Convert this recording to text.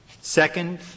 Second